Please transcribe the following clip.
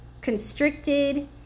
constricted